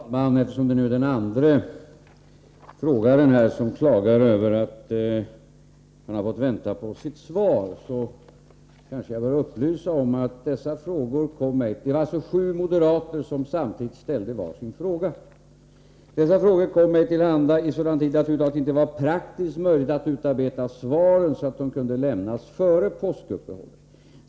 Herr talman! Eftersom även den andre frågeställaren klagar över att han har fått vänta på sitt svar, kanske jag bör upplysa om följande. Det var sju moderater som samtidigt ställde var sin fråga. Dessa frågor kom mig till handa i sådan tid att det över huvud taget inte var praktiskt möjligt att utarbeta svaren så att de kunde lämnas före påsk.